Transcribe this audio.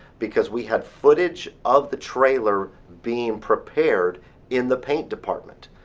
because we have footage of the trailer being prepared in the paint department.